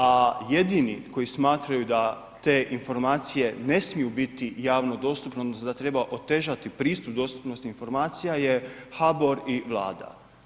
A jedini koji smatraju da te informacije ne smiju biti javno dostupne, odnosno da treba otežati pristup dostupnosti informacija je HBOR i Vlada.